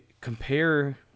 compare